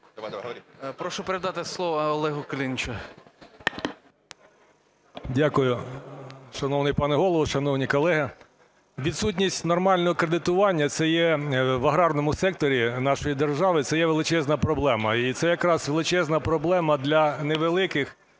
Прошу передати слово Олегу Кулінічу.